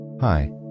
Hi